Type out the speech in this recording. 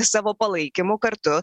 savo palaikymu kartu